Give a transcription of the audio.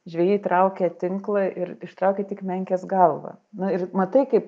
žvejai traukė tinklą ir ištraukė tik menkės galvą nu ir matai kaip